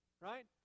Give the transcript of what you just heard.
right